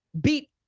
beat